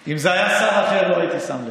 אם זה היה שר אחר לא הייתי שם לב.